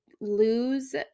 lose